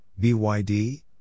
BYD